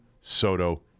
Soto